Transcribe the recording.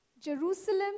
Jerusalem